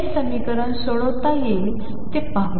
हे समीकरण कसे सोडविता येईल ते आपण पाहू